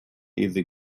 easy